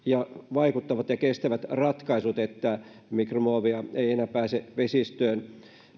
vaikuttavat ja kestävät ratkaisut jotta mikromuovia ei enää pääse vesistöön